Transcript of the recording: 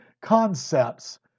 concepts